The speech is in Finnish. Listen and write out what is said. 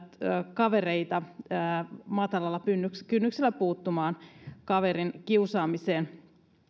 kavereita matalalla kynnyksellä puuttumaan kaverin kiusaamiseen